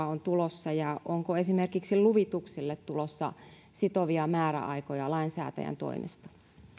on tulossa ja onko esimerkiksi luvitukselle tulossa sitovia määräaikoja lainsäätäjän toimesta